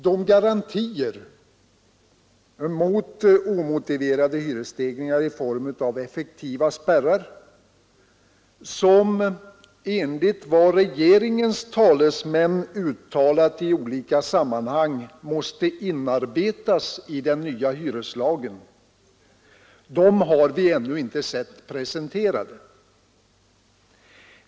De garantier mot omotiverade hyresstegringar i form av effektiva spärrar som, enligt vad regeringens talesmän uttalat i olika sammanhang, måste inarbetas i den nya hyreslagen har vi ännu inte sett presenterade.